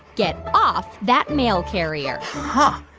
get off that mail carrier huh,